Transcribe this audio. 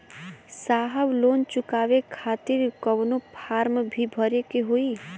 साहब लोन चुकावे खातिर कवनो फार्म भी भरे के होइ?